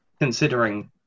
considering